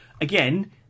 again